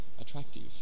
attractive